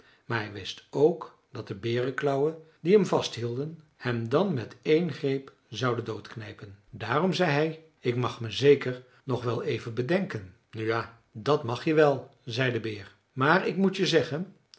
maar hij wist ook dat de berenklauwen die hem vasthielden hem dan met één greep zouden doodknijpen daarom zei hij ik mag me zeker nog wel even bedenken nu ja dat mag je wel zei de beer maar ik moet je zeggen